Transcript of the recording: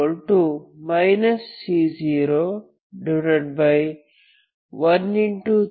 3 C3 C01